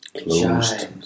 closed